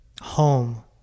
home